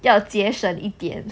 要节省一点